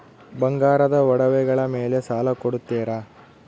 ಬಂಗಾರದ ಒಡವೆಗಳ ಮೇಲೆ ಸಾಲ ಕೊಡುತ್ತೇರಾ?